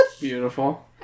beautiful